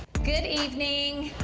good evening.